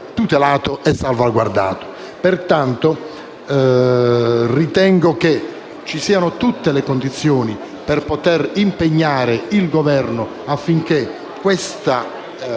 tutelato e salvaguardato. Pertanto, ritengo che ci siano tutte le condizioni per poter impegnare il Governo affinché tale